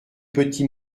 petit